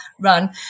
run